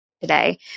today